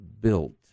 built